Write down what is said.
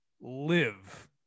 live